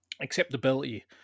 Acceptability